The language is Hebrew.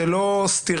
זה לא סתירה.